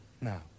Now